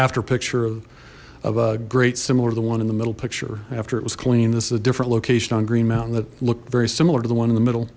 after picture of a great similar the one in the middle picture after it was clean this is a different location on green mountain that looked very similar to the one in the middle